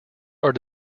are